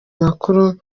makuru